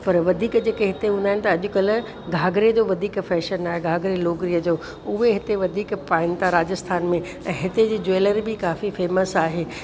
पर वधीक जेके हिते हूंदा आहिनि त अॼुकल्ह घाघरे जो वधीक फैशन आहे घाघरे लुगड़ीअ जो उहे हिते वधीक पाइनि था राजस्थान में त हिते जी ज्वेलरी बि काफ़ी फेमस आहे